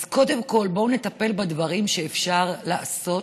אז קודם כול בואו נטפל בדברים שאפשר לעשות,